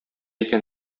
икән